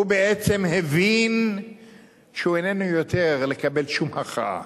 הוא בעצם הבין שהוא איננו יכול יותר לקבל שום הכרעה,